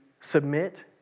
submit